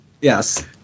Yes